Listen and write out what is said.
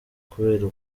kubera